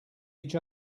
each